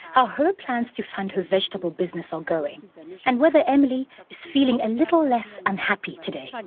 how her plans to fund her vegetable business are going and whether emily is feeling a little less unhappy today. like